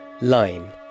LINE